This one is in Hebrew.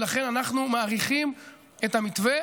ולכן אנחנו מאריכים את המתווה.